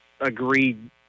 agreed